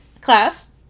Class